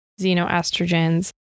xenoestrogens